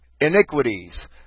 iniquities